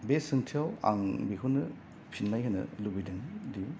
बे सोंथिआव आं बिखौनो फिननाय होनो लुबैदों दि